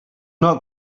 not